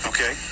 Okay